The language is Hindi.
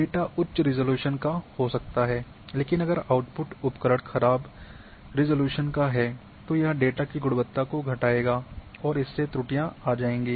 डेटा उच्च रिज़ॉल्यूशन का हो सकता है लेकिन अगर आउट्पुट उपकरण खराब रिज़ॉल्यूशन का है तो यह डेटा की गुणवत्ता को घटाएगा और इससे त्रुटियां आ जाएँगी